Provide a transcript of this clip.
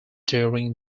during